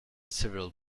several